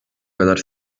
kadar